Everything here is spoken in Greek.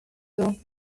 του